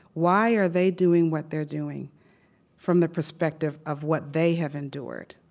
why are they doing what they're doing from the perspective of what they have endured?